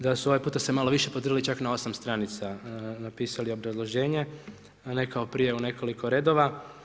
Da su se ovaj puta malo više potrudili, čak na 8 stranica napisali obrazloženje, a ne kao prije u nekoliko redova.